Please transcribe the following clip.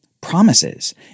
Promises